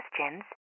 questions